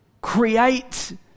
create